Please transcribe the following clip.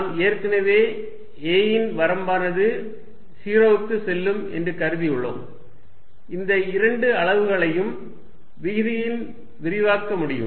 நாம் ஏற்கனவே a ன் வரம்பானது 0 க்கு செல்லும் என்று கருதி உள்ளோம் இந்த இரண்டு அளவுகளையும் விகுதியில் விரிவாக்க முடியும்